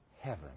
Heaven